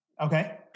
okay